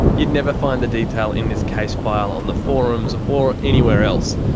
you'd never find the detail in this case file on the forums, or anywhere else.